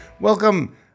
Welcome